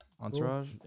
Entourage